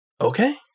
Okay